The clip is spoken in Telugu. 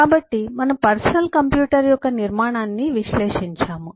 కాబట్టి మనము పర్సనల్ కంప్యూటర్ యొక్క నిర్మాణాన్ని విశ్లేషించాము